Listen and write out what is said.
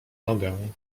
nogę